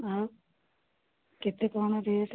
ଆଉ କେତେ କ'ଣ ଡ୍ରେସ୍